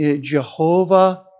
Jehovah